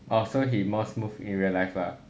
orh so he more smooth in real life lah